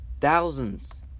Thousands